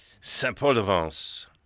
Saint-Paul-de-Vence